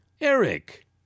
Eric